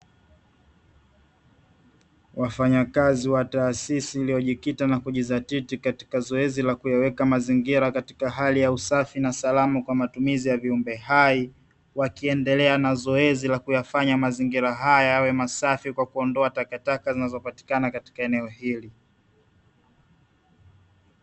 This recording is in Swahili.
Wafanya kazi wa taasisi, iliyojikita na kujidhatiti katika zoezi la kuyaweka mazingira katika hali ya usafi na salama kwa matumizi ya viumbe hai, wakiendelea na zoezi la kuyafanya mazingira haya yawe masafi kwa kuondoa takataka zinazopatikana katika eneo hili.